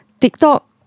TikTok